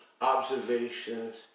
observations